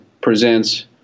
presents